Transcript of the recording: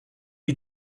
you